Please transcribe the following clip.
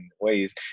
ways